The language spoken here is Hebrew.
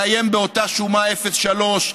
לאיים באותה שומה 03,